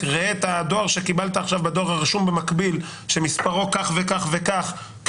ראה את הדואר שקיבלת עכשיו בדואר הרשום במקביל שמספרו כך וכך כמיותר,